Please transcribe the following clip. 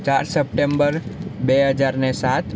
ચાર સપ્ટેમ્બર બે હજારને સાત